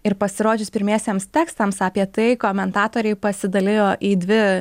ir pasirodžius pirmiesiems tekstams apie tai komentatoriai pasidalijo į dvi